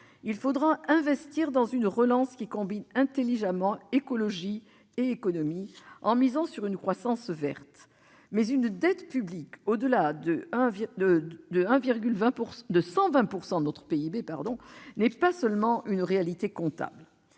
Il faudra investir dans une relance qui combine intelligemment écologie et économie, en misant sur une croissance verte. Mais une dette publique au-delà de 120 % de notre PIB n'est pas seulement une réalité comptable.